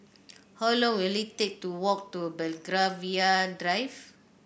how long will it take to walk to Belgravia Drive